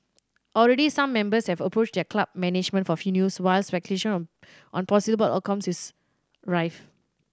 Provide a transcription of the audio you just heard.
already some members have approached their club management for news while speculation on possible outcomes is rife